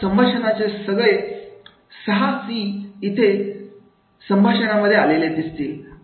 तर संभाषणाचे सगळे सहा सी इथे सम भाषणामध्ये आलेले दिसतील